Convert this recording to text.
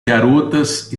garotas